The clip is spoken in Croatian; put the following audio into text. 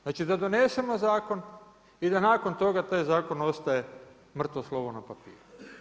Znači da donesemo zakon i da nakon toga taj zakon ostaje mrtvo slovo na papiru.